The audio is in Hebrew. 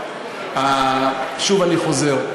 שוב אני חוזר,